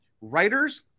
writers